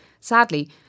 Sadly